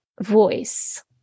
voice